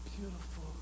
beautiful